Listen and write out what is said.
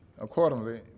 accordingly